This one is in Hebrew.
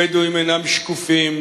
הבדואים אינם שקופים,